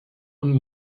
und